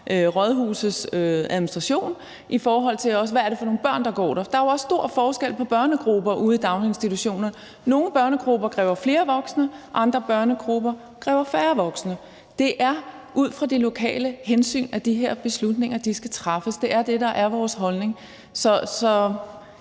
rådhusets administration, også i forhold til hvad det er for nogle børn, der går der. Der er jo også stor forskel på børnegrupper ude i daginstitutionerne. Nogle børnegrupper kræver flere voksne, andre børnegrupper kræver færre voksne. Det er ud fra de lokale hensyn, at de her beslutninger skal træffes. Det er det, der er vores holdning.